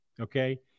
Okay